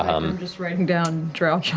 i'm just writing down drow john